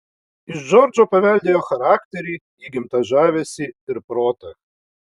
iš džordžo paveldėjo charakterį įgimtą žavesį ir protą